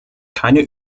keine